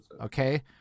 okay